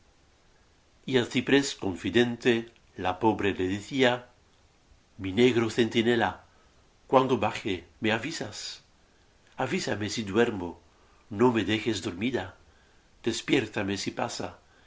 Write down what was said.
y al ciprés confidente la pobre le decía mi negro centinela cuando baje me avisas avísame si duermo no me dejes dormida despiértame si pasa